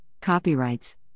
Copyrights